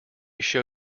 show